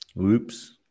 Oops